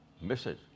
message